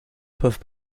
peuvent